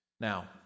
Now